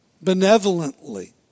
benevolently